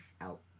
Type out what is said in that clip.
out